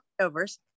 overs